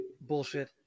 bullshit